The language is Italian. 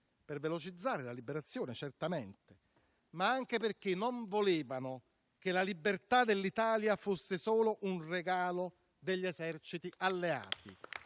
Per velocizzare la liberazione, certamente, ma anche perché non volevano che la libertà dell'Italia fosse solo un regalo degli eserciti alleati.